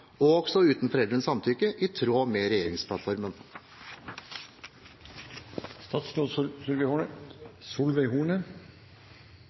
også uten foreldrenes samtykke – i tråd med regjeringsplattformen?